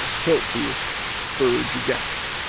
healthiest birds you've got.